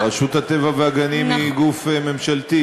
אבל רשות הטבע והגנים היא גוף ממשלתי,